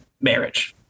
marriage